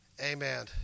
Amen